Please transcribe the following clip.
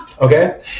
Okay